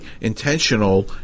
intentional